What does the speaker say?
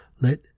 Let